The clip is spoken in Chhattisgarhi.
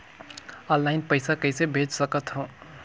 ऑनलाइन पइसा कइसे भेज सकत हो?